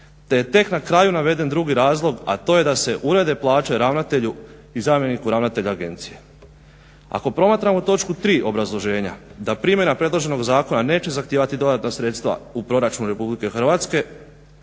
te je tek na kraju naveden drugi razlog, a to je da se urede plaće ravnatelju i zamjeniku ravnatelja agencije. Ako promatramo točku tri obrazloženja da primjena predloženog zakona neće zahtijevati dodatna sredstva u proračunu RH to